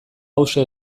hauxe